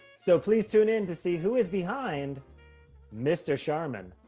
so, please tune in to see who is behind mister charmin.